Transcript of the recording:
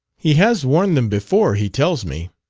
he has worn them before, he tells me.